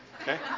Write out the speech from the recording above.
okay